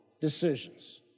decisions